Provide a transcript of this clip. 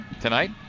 tonight